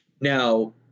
Now